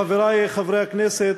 כבוד היושב-ראש, חברי חברי הכנסת,